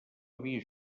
havia